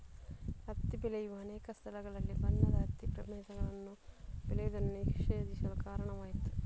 ಹತ್ತಿ ಬೆಳೆಯುವ ಅನೇಕ ಸ್ಥಳಗಳಲ್ಲಿ ಬಣ್ಣದ ಹತ್ತಿ ಪ್ರಭೇದಗಳನ್ನು ಬೆಳೆಯುವುದನ್ನು ನಿಷೇಧಿಸಲು ಕಾರಣವಾಯಿತು